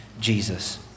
Jesus